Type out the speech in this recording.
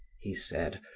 he said,